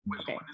okay